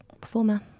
performer